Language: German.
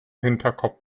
hinterkopf